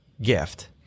gift